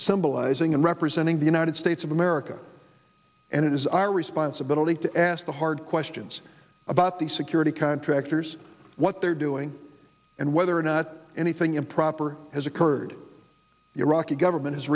symbolizing and representing the united states of america and it is our responsibility to ask the hard questions about the security contractors what they're doing and whether or not anything improper has occurred the iraqi government